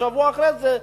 ושבוע אחרי זה,